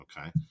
Okay